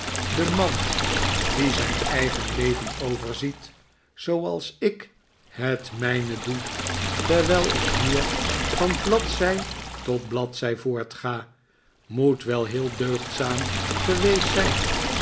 de man die zijn eigen leven overziet zooals ik het mijne doe terwijl ik hier van bladzij tot bladzij voortga moet wel heel deugdzaam geweest zijn